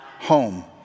home